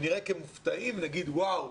וניראה כמופתעים ונגיד: וואו.